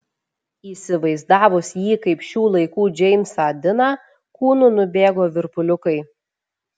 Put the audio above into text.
įsivaizdavus jį kaip šių laikų džeimsą diną kūnu nubėgo virpuliukai